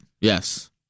Yes